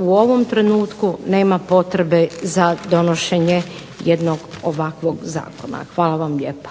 u ovom trenutku nema potrebe za donošenje jednog ovakvog zakona. Hvala vam lijepa.